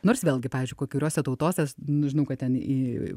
nors vėlgi pavyzdžiui kai kuriose tautose nu žinau kad ten į